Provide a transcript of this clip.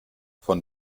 von